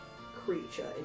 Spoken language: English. creature